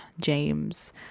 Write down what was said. James